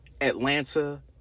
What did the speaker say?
Atlanta